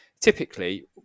typically